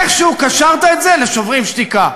איכשהו קשרת את זה ל"שוברים שתיקה".